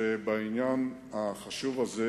שבעניין החשוב הזה,